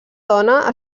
dona